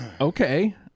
okay